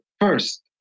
First